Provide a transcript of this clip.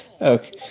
Okay